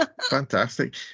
Fantastic